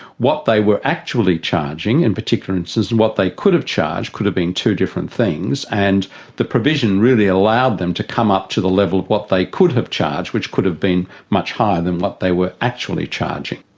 what they were actually charging in particular instances and what they could have charged could have been two different things, and the provision really allowed them to come up to the level of what they could have charged, which could have been much higher than what they were actually charging.